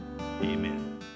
amen